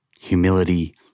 humility